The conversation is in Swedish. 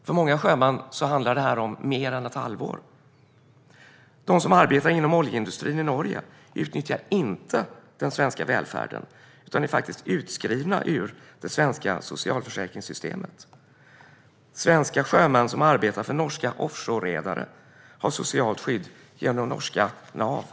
För många sjömän handlar detta om mer än ett halvår. De som arbetar inom oljeindustrin i Norge utnyttjar inte den svenska välfärden utan är utskrivna ur det svenska socialförsäkringssystemet. Svenska sjömän som arbetar för norska offshoreredare har socialt skydd genom norska NAV.